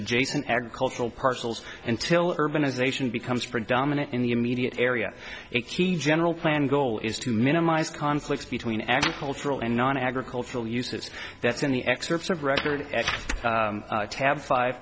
adjacent agricultural parcels until urbanization becomes predominant in the immediate area it t general plan goal is to minimize conflicts between agricultural and non agricultural uses that's in the excerpts of record tab five